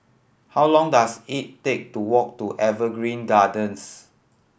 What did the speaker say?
how long dose it take to walk to Evergreen Gardens